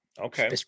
okay